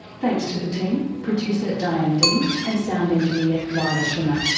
thanks to the team, producer diane dean and sound engineer leila shunnar.